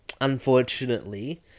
unfortunately